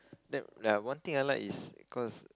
that like one thing I like is cause